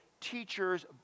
teachers